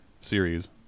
series